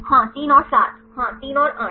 हां 3 और 7 हां 3 और 8